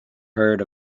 heard